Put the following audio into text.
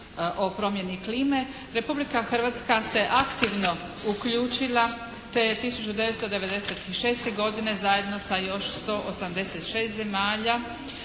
o promjeni klime, Republika Hrvatska se aktivno uključila te je 1996. godine zajedno sa još 186 zemalja